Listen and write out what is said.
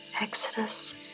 Exodus